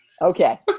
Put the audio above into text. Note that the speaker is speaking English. Okay